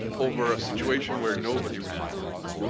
over a situation where nobody responds?